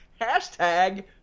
Hashtag